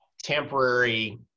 temporary